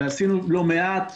ועשינו לא מעט,